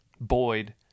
Boyd